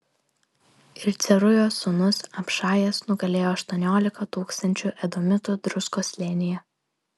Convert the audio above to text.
ir cerujos sūnus abšajas nugalėjo aštuoniolika tūkstančių edomitų druskos slėnyje